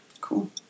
Cool